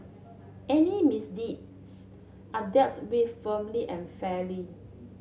any misdeeds are dealt with firmly and fairly